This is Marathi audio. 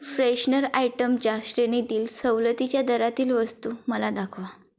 फ्रेशनर आयटमच्या श्रेणीतील सवलतीच्या दरातील वस्तू मला दाखवा